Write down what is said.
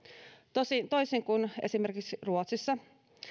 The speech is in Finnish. toisin kuin esimerkiksi ruotsissa